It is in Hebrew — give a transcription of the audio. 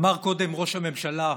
אמר קודם ראש הממשלה,